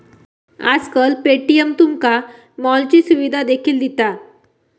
आजकाल पे.टी.एम तुमका मॉलची सुविधा देखील दिता